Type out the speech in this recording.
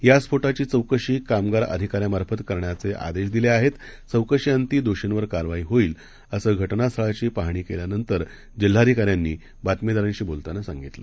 यास्फोटाचीचौकशीकामगारअधिकाऱ्यामार्फतकरण्याचेआदेशदिलेआहेत चौकशीअंतीदोषींवरकारवाईहोईल असंघटनास्थळाचीपाहणीकेल्यानंतरजिल्हाधिकाऱ्यांनीबातमीदारांशीबोलतांनासांगितलं